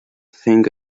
think